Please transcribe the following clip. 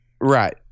Right